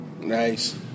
Nice